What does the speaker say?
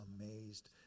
amazed